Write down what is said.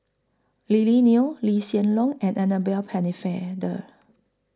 Lily Neo Lee Hsien Loong and Annabel Pennefather